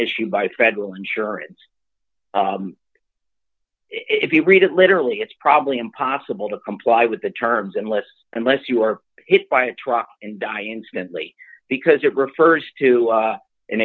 issued by federal insurance if you read it literally it's probably impossible to comply with the terms unless unless you are hit by a truck and die instantly because it refers to